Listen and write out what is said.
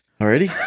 Already